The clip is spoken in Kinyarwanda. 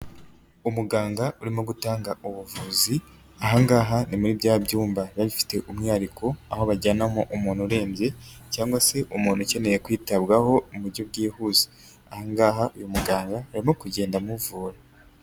Umuganga urimo gutanga ubuvuzi, ahangaha ni muri bya byumba biba bifite umwihariko aho bajyanamo umuntu urembye, cyangwa se umuntu ukeneye kwitabwaho mu buryo bwihuse. Ahangaha uyu muganga arimo kugenda amuvura.